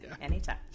Anytime